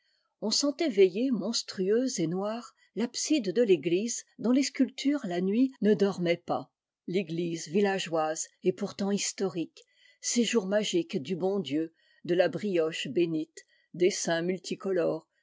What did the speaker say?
on sentait veiller monstrueuse et noire l'abside de l'église dont ies sculptures la nuit ne dormaient pas l'église villageoise et pourtant historique séjour magique du bon dieu de la brioche bénite des saints multiculores